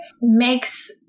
makes